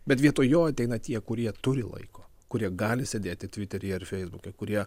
bet vietoj jo ateina tie kurie turi laiko kurie gali sėdėti tviteryje ar feisbuke kurie